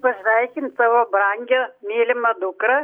pasveikint savo brangią mylimą dukrą